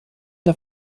der